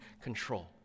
control